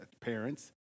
parents